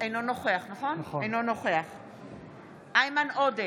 אינו נוכח איימן עודה,